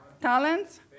talents